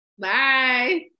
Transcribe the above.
Bye